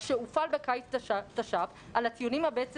שהופעל בקיץ תש"ף על הציורים הבית ספריים,